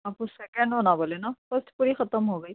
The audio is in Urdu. آپ کو سیکنڈ ہونا بولے نا فسٹ پوری ختم ہو گئی